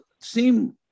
seem